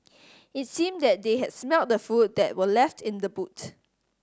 it seemed that they had smelt the food that were left in the boot